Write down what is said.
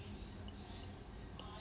is